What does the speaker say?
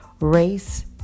Race